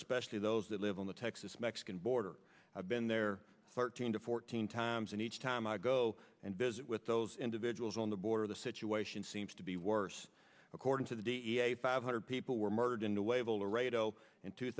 especially those that live on the texas mexican border i've been there thirteen to fourteen times and each time i go and visit with those individuals on the border the situation seems to be worse according to the da five hundred people were murdered in